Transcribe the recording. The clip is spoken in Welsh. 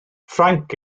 ffrainc